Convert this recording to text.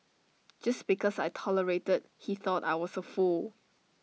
just because I tolerated he thought I was A fool